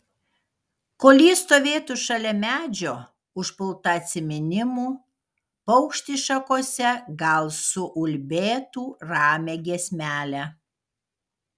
kol ji stovėtų šalia medžio užpulta atsiminimų paukštis šakose gal suulbėtų ramią giesmelę